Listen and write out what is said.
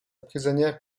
prisonnière